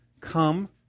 come